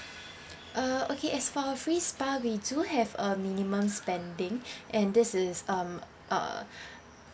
uh okay as for our free spa we do have a minimum spending and this is um uh